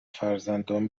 فرزندان